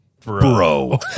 bro